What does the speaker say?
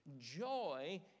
Joy